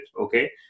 okay